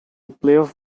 playoff